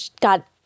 got